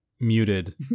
muted